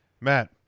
Matt